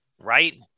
right